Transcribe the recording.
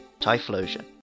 Typhlosion